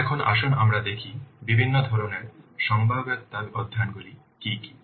এখন আসুন আমরা দেখি বিভিন্ন ধরণের সম্ভাব্যতা অধ্যয়ন গুলি কী কী